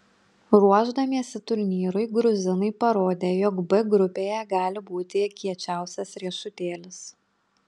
ruošdamiesi turnyrui gruzinai parodė jog b grupėje gali būti kiečiausias riešutėlis